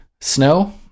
Snow